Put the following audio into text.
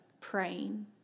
praying